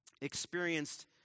experienced